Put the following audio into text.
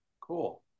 cool